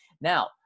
Now